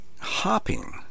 Hopping